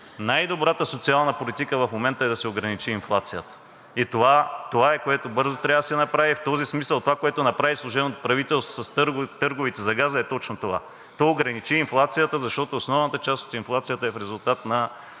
Най-добрата социална политика в момента е да се ограничи инфлацията и това е, което бързо трябва да се направи. В този смисъл онова, което направи служебното правителство с търговете за газа, е точно това – то ограничи инфлацията, защото основната част от инфлацията е в резултат на